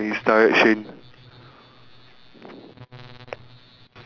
which is the most powerful compu~ laptop or computer you have so far